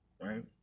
right